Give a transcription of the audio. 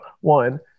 one